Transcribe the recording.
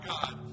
God